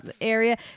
area